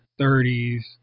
30s